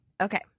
Okay